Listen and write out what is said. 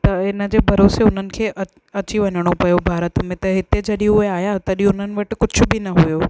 त हिन जे भरोसे हुननि खे अत अची वञिणो पियो भारत में त हिते जॾहिं उहे आहियां तॾहिं हुननि वटि कुझु बि न हुओ